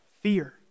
Fear